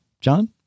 john